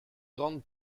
grandes